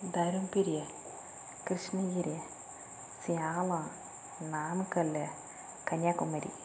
Dharmapuri Krishnagiri Salem Namakkal Kanyakumari